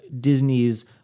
Disney's